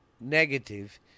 negative